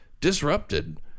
disrupted